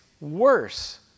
worse